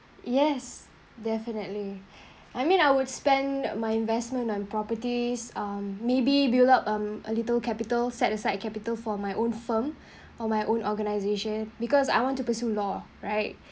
yes definitely I mean I would spend uh my investment on properties um maybe build up um a little capital set aside capital for my own firm or my own organisation because I want to pursue law right